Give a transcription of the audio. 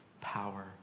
power